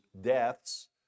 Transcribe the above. deaths